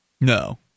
No